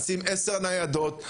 נשים עשר ניידות,